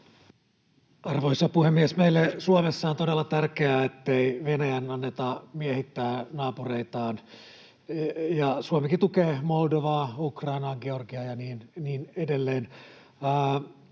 Arvoisa puhemies! Meille Suomessa on todella tärkeää, ettei Venäjän anneta miehittää naapureitaan, ja Suomikin tukee Moldovaa, Ukrainaa, Georgiaa ja niin edelleen.